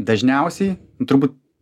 dažniausiai turbūt